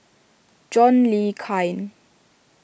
John Le Cain